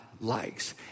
likes